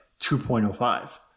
2.05